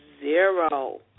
zero